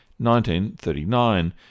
1939